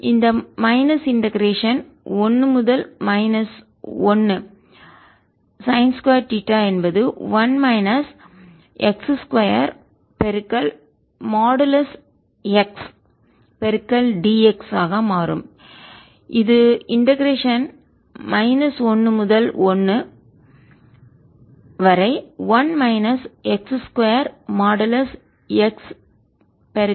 இந்த minus integration 1 முதல் minus 1 வரை சைன் 2 தீட்டா என்பது 1 மைனஸ் x 2 மாடுலஸ் xdx மாறும் இது இண்டெகரேஷன் மைனஸ் 1 முதல் 1 வரை 1 மைனஸ் X 2 மாடுலஸ் xdx தவிர வேறில்லை